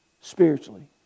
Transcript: spiritually